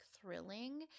thrilling